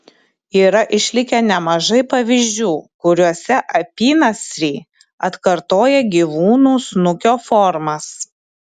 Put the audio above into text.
yra išlikę nemažai pavyzdžių kuriuose apynasriai atkartoja gyvūnų snukio formas